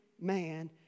man